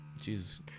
Jesus